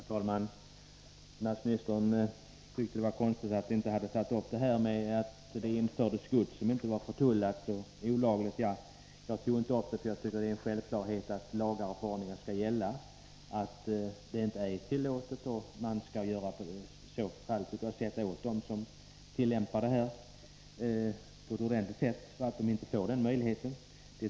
Herr talman! Finansministern tyckte att det var konstigt att vi inte hade tagit upp problemet med att det olagligt införs gods som inte är förtullat. Jag tog inte upp det eftersom jag tycker att det är en självklarhet att lagar och förordningar skall gälla och att man ordentligt skall sätta åt dem som tillämpar denna otillåtna metod, så att de inte får möjlighet att föra in gods som inte är förtullat.